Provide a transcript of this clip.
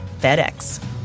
FedEx